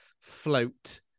float